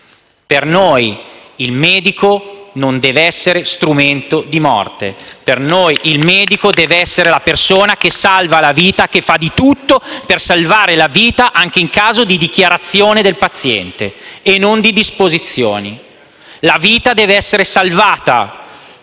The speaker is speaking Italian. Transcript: Per noi il medico non deve essere strumento di morte. *(Applausi dal Gruppo LN-Aut)*. Per noi il medico deve essere la persona che salva la vita e che fa di tutto per salvarla anche in caso di dichiarazione del paziente e non di disposizioni. La vita deve essere salvata;